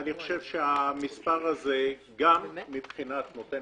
אני חושב שהמספר הזה גם מבחינת נותן